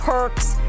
Perk's